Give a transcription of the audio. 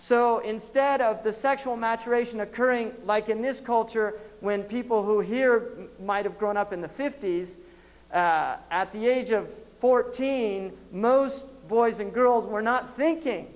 so instead of the sexual maturation occurring like in this culture when people who were here might have grown up in the fifty's at the age of fourteen most boys and girls were not thinking